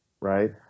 right